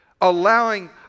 allowing